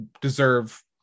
deserve